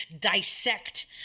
dissect